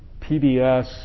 PBS